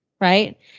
right